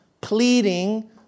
pleading